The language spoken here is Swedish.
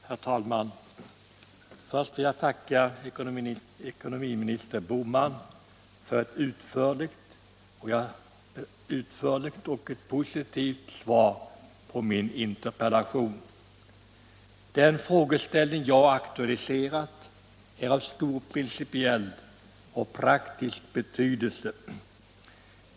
Herr talman! Först vill jag tacka ekonomiminister Bohman för ett utförligt och positivt svar på min interpellation. v Den frågeställning jag har aktualiserat är av stor principiell och praktisk betydelse.